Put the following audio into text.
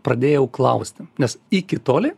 pradėjau klausti nes iki tolei